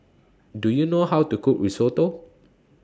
Do YOU know How to Cook Risotto